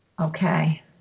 Okay